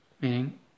Meaning